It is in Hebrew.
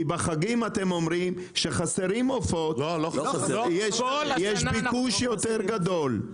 כי בחגים אתם אומרים שחסרים עופות כי יש ביקוש יותר גדול.